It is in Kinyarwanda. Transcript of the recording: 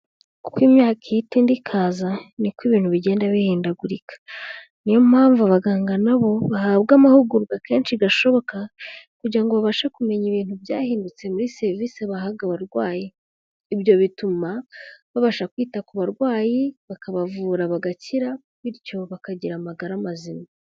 Uko imyaka ihita indi ikaza, ni ko ibintu bigenda bihindagurika. Ni yo mpamvu abaganga nabo bahabwa amahugurwa kenshi gashoboka kugira ngo babashe kumenya ibintu byahindutse muri serivise bahaga abarwayi, ibyo bituma babasha kwita ku barwayi bakabavura bagakira, bityo bakagira amagara mazima.